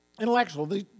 Intellectual